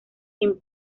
sin